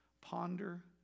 ponder